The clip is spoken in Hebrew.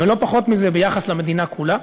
ולא פחות מזה ביחס למדינה כולה,